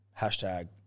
Hashtag